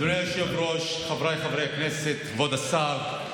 אדוני היושב-ראש, חבריי חברי הכנסת, כבוד השר,